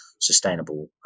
sustainable